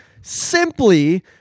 simply